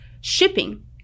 shipping